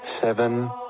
Seven